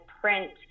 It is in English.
print